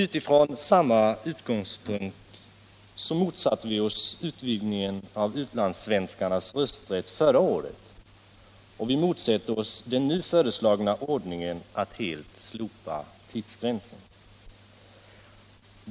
Utifrån samma utgångspunkt motsatte vi oss utvidgningen Onsdagen den av utlandssvenskarnas rösträtt förra året, och vi motsätter oss också den 30 mars 1977 nu föreslagna ordningen att helt slopa tidsgränsen.